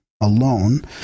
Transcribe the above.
alone